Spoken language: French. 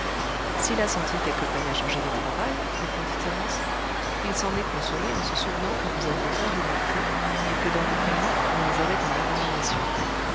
s'il a senti quelque peine à changer de travail répondit thérence il s'en est consolé en se souvenant que vous aviez peur des muletiers et que dans vos pays on les avait en abomination